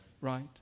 right